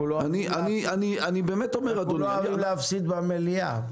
אנחנו לא אוהבים להפסיד במליאה.